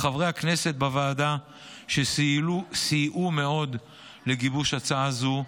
לחברי הכנסת בוועדה שסייעו מאוד לגיבוש ההצעה הזו,